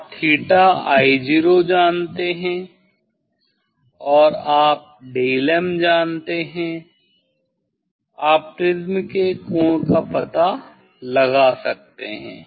आप 'θi0' जानते हैं और आप delm जानते हैं आप प्रिज्म के कोण का पता लगा सकते हैं